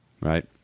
Right